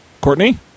Courtney